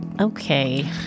Okay